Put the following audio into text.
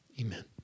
amen